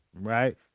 Right